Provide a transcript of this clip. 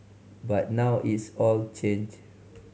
but now it's all changed